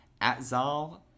Atzal